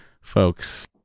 folks